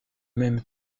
même